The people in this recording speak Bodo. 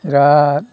बिराद